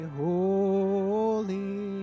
holy